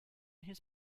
his